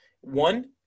One